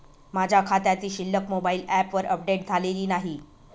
माझ्या खात्याची शिल्लक मोबाइल ॲपवर अपडेट झालेली नाही